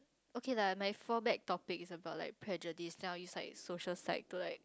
okay lah my fall back topic is about like prejudice then I will use like social psych to like